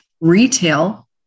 retail